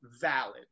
valid